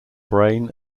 brain